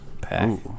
pack